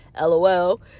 lol